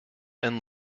and